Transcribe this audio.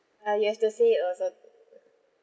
uh yes you have to say it also